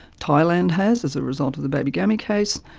thailand has as a result of the baby gammy case.